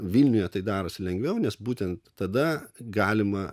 vilniuje tai darosi lengviau nes būtent tada galima